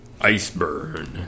Iceberg